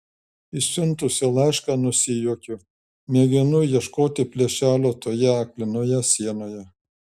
išsiuntusi laišką nusijuokiu mėginu ieškoti plyšelio toje aklinoje sienoje